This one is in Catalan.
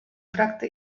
tracte